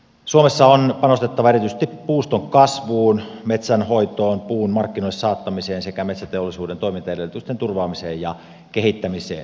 suomessa on panostettava erityisesti puuston kasvuun metsänhoitoon puun markkinoille saattamiseen sekä metsäteollisuuden toimintaedellytysten turvaamiseen ja kehittämiseen